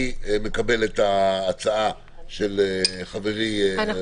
אני מקבל את ההצעה של חברי --- אנחנו